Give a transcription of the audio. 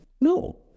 No